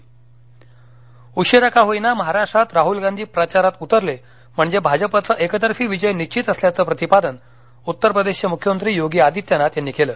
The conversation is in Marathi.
आदित्यनाथ यवतमाळ हिंगोली उशिरा का होईना महाराष्ट्रात राहूल गांधी प्रचारात उतरले म्हणजे भाजपचा एकतर्फी विजय निश्वित असल्याचे प्रतिपादन उत्तर प्रदेशचे मृख्यमंत्री योगी आदित्यनाथ यांनी केलं